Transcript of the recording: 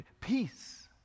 Peace